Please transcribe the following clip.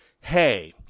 hey